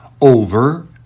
over